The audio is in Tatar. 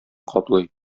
каплый